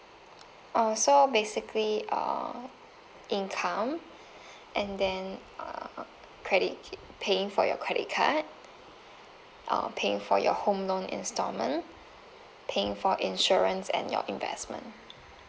uh so basically uh income and then uh credit paying for your credit card uh paying for your home loan instalment paying for insurance and your investment